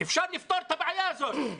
אפשר לפתור את הבעיה הזאת.